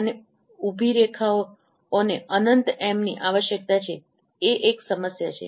અને ઉભી રેખાઓને અનંત એમની આવશ્યકતા છેએ એક સમસ્યા છે